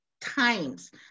times